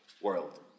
world